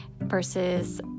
versus